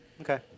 Okay